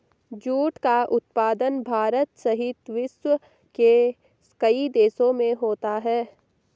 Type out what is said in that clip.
jute का उत्पादन भारत सहित विश्व के कई देशों में होता है